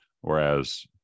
Whereas